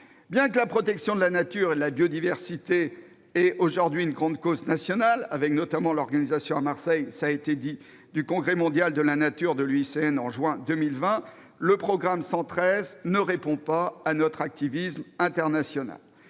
Bien que la protection de la nature et de la biodiversité soit aujourd'hui une grande cause nationale, avec notamment l'organisation à Marseille- cela a été souligné -du congrès mondial de l'UICN au mois de juin 2020, le programme 113 ne répond pas à notre activisme international.